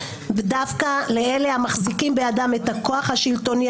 דווקא לאלה המחזיקים בידם את הכוח השלטוני